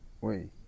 Wait